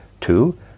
Two